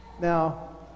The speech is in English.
now